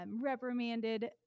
reprimanded